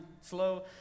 slow